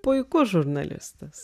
puikus žurnalistas